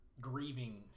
grieving